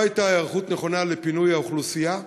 לא הייתה היערכות נכונה לפינוי האוכלוסייה.